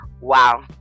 Wow